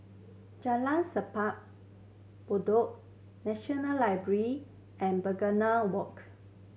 Jalan Simpang Bedok National Library and Begonia Walk